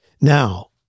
Now